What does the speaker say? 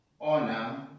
Honor